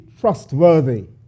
trustworthy